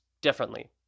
differently